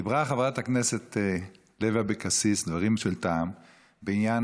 אמרה חברת הכנסת לוי אבקסיס דברים של טעם בעניין